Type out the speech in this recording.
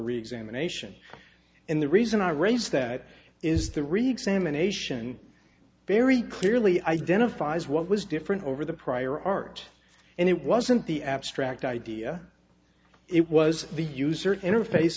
reexamination and the reason i raise that is the reexamination very clearly identifies what was different over the prior art and it wasn't the abstract idea it was the user interface